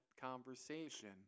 conversation